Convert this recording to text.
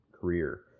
career